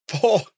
four